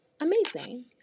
amazing